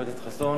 חבר הכנסת חסון,